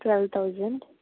twelve thousand